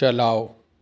چلاؤ